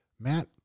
Matt